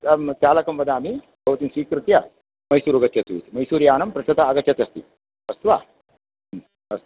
तं चालकं वदामि भवतीं स्वीकृत्य मैसूरु गच्छतु इति मैसूरु यानं पृष्टत आगच्छत् अस्ति अस्तु वा अस्तु